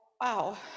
wow